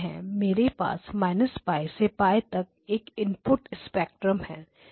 मेरे पास -π से π तक एक इनपुट स्पेक्ट्रम है